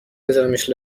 بذارمش